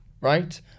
Right